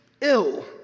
ill